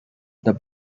the